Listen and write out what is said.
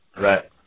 Right